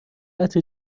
عطر